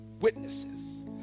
witnesses